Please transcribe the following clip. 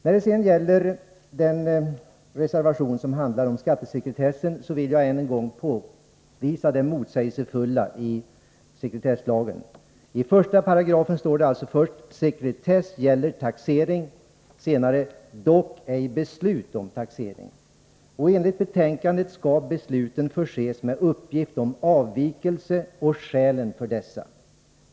När det sedan gäller den reservation som handlar om skattesekretessen vill jag än en gång påvisa det motsägelsefulla i sekretesslagen. I 9 kap. 1§ står det först att sekretess gäller taxering. Senare i samma paragraf sägs dock att Enligt betänkandet skall taxeringsnämndens beslut förses med uppgift om avvikelsen och skälen för denna.